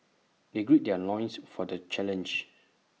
they gird their loins for the challenge